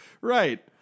Right